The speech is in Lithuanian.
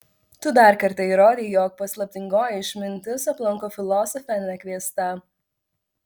tu dar kartą įrodei jog paslaptingoji išmintis aplanko filosofę nekviesta